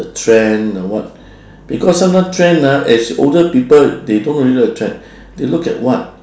trend or what because sometime trend ah as older people they don't really look at trend they look at what